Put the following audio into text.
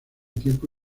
tiempo